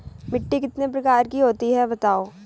मिट्टी कितने प्रकार की होती हैं बताओ?